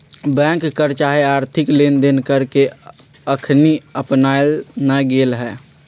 bank कर चाहे आर्थिक लेनदेन कर के अखनी अपनायल न गेल हइ